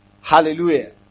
Hallelujah